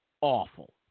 awful